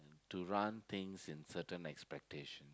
to run things in certain expectation